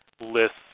lists